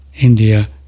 India